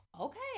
okay